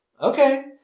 okay